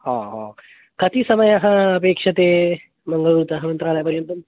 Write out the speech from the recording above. ओ हो कति समयः अपेक्षते मङ्गलूरुतः मन्त्रालयपर्यन्तं